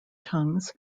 tongues